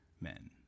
men